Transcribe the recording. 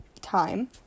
time